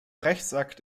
rechtsakt